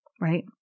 right